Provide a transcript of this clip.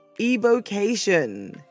evocation